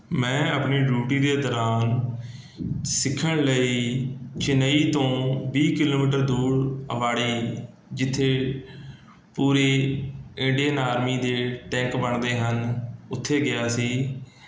ਮੈਂ ਆਪਣੀ ਡਿਊਟੀ ਦੇ ਦੌਰਾਨ ਸਿੱਖਣ ਲਈ ਚੇਨਈ ਤੋਂ ਵੀਹ ਕਿਲੋਮੀਟਰ ਦੂਰ ਅਬਾੜੇ ਜਿੱਥੇ ਪੂਰੀ ਇੰਡੀਅਨ ਆਰਮੀ ਦੇ ਟੈਂਕ ਬਣਦੇ ਹਨ ਉੱਥੇ ਗਿਆ ਸੀ